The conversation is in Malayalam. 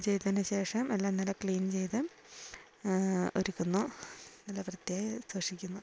ചെയ്തതിനു ശേഷം എല്ലാം നല്ല ക്ലീൻ ചെയ്ത് ഒരുക്കുന്നു നല്ല വൃത്തിയായി സൂക്ഷിക്കുന്നു